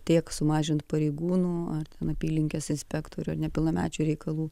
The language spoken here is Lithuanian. tiek sumažint pareigūnų ar ten apylinkės inspektorių ar nepilnamečių reikalų